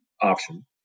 option